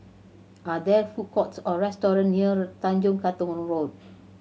are there food courts or restaurant near Tanjong Katong Road